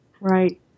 Right